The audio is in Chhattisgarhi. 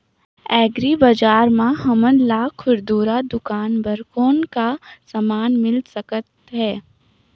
एग्री बजार म हमन ला खुरदुरा दुकान बर कौन का समान मिल सकत हे?